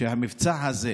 שהמבצע הזה,